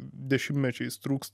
dešimtmečiais trūks